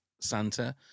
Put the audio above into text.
Santa